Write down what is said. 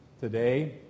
today